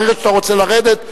ברגע שאתה רוצה לרדת,